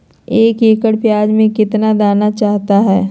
एक एकड़ प्याज में कितना दाना चाहता है?